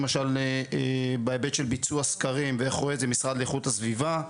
למשל בהיבט של ביצוע סקרים ואיך רואה את זה המשרד לאיכות הסביבה,